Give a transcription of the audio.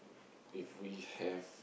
if we have